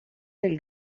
del